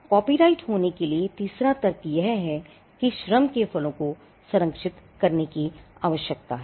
copyright होने के लिए तीसरा तर्क यह है कि श्रम के फलों को संरक्षित करने की आवश्यकता है